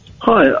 Hi